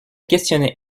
questionnait